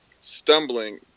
stumbling